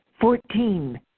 Fourteen